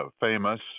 famous